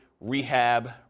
rehab